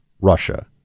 Russia